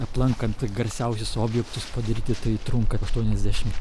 aplankant garsiausius objektus padaryti tai trunka aštuoniasdešimt